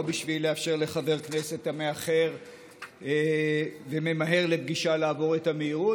לא בשביל לאפשר לחבר כנסת המאחר וממהר לפגישה לעבור את המהירות,